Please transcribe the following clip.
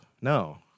No